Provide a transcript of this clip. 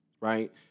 right